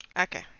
Okay